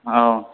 औ